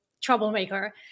troublemaker